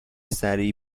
سریع